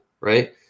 right